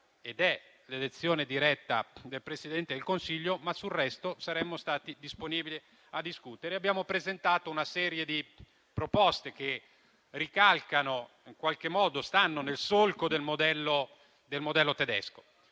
ed è l'elezione diretta del Presidente del Consiglio, ma che sul resto saremmo stati disponibili a discutere. Abbiamo presentato una serie di proposte che ricalcano, che stanno nel solco del modello tedesco,